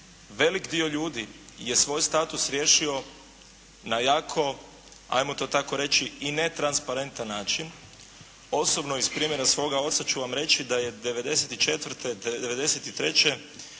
veliki dio ljudi je svoj status riješio na jako ajmo to tako reći i netransparentan način. Osobno iz primjene svoga oca ću vam reći da je '94., '93.